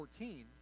14